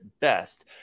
best